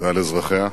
ועל אזרחיה.